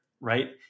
right